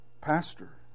Pastor